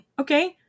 Okay